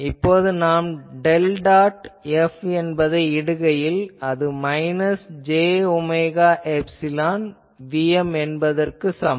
இப்போது நாம் del dot F என்பதை இடுகையில் அது minus j omega mu epsilon Vm என்பதற்கு சமம்